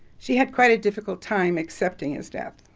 she had quite a difficult time accepting his death.